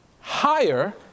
higher